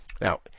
Now